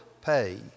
pay